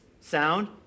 sound